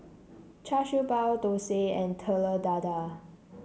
Char Siew Bao Dosa and Telur Dadah